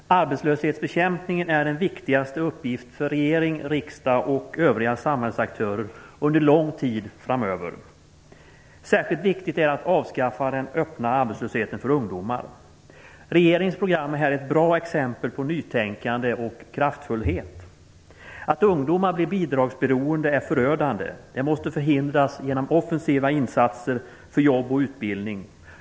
Herr talman! Arbetslöshetsbekämpningen är den viktigaste uppgiften för regering, riksdag och övriga samhällsaktörer under lång tid framöver. Särskilt viktigt är det att avskaffa den öppna arbetslösheten för ungdomar. Regeringens program är ett bra exempel på nytänkande och kraftfullhet. Att ungdomar blir bidragsberoende är förödande. Det måste vi förhindra genom offensiva insatser för jobb och utbildning.